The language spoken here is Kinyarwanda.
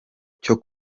cyo